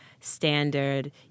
standard